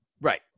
Right